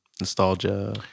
Nostalgia